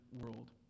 world